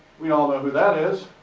we all know who that is,